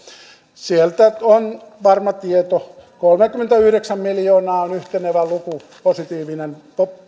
on varma tieto kolmekymmentäyhdeksän miljoonaa on yhtenevä luku positiivinen